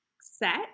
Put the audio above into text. set